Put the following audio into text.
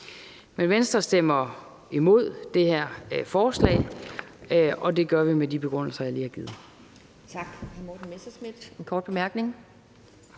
Men Venstre stemmer imod det her forslag, og det gør vi med de begrundelser, jeg lige har givet.